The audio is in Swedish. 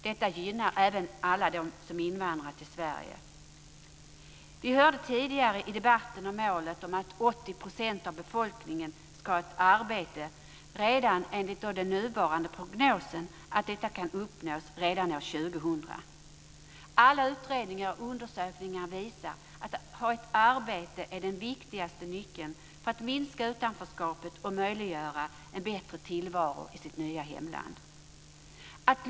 Detta gynnar även alla dem som invandrat till Vi hörde tidigare i debatten att målet att 80 % av befolkningen ska ha ett arbete enligt nuvarande prognoser kan uppnås redan år 2002. Alla utredningar och undersökningar visar att arbetet är den viktigaste nyckeln till att minska utanförskapet och möjliggöra en bättre tillvaro i det nya hemlandet.